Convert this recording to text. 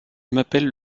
m’appelle